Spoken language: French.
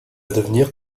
devenir